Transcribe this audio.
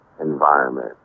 environment